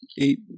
eight